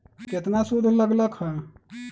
केतना सूद लग लक ह?